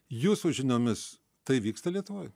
jūsų žiniomis tai vyksta lietuvoje